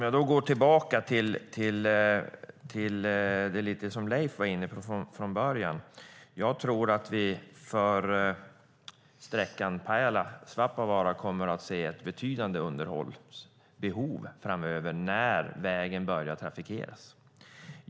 Jag går lite tillbaka till det Leif Pettersson var inne på från början. Jag tror att vi för sträckan Pajala-Svappavaara kommer att se ett betydande underhållsbehov framöver när vägen börjar trafikeras.